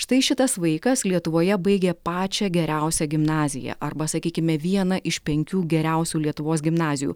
štai šitas vaikas lietuvoje baigė pačią geriausią gimnaziją arba sakykime vieną iš penkių geriausių lietuvos gimnazijų